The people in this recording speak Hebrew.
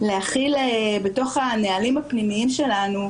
להחיל בתוך הנהלים הפנימיים שלנו,